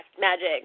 magic